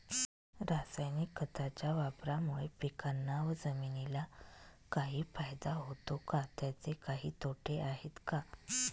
रासायनिक खताच्या वापरामुळे पिकांना व जमिनीला काही फायदा होतो का? त्याचे काही तोटे आहेत का?